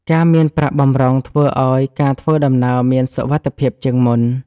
ការមានប្រាក់បម្រុងធ្វើឱ្យការធ្វើដំណើរមានសុវត្ថិភាពជាងមុន។